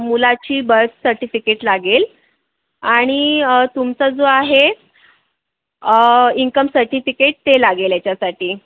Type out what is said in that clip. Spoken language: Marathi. मुलाची बर्थ सर्टिफिकेट लागेल आणि तुमचा जो आहे इन्कम सर्टिफिकेट ते लागेल याच्यासाटी